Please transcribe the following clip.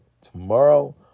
tomorrow